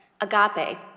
agape